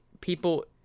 people